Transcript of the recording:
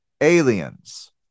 aliens